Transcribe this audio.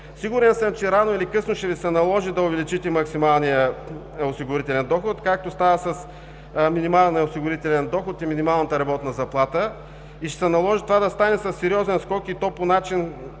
Сигурен съм, че рано или късно ще Ви се наложи да увеличите максималния осигурителен доход, както стана с минималния осигурителен доход и минималната работна заплата, и ще се наложи това да стане със сериозен скок и то по начин,